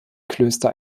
klöster